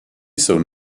jsou